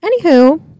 Anywho